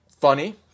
funny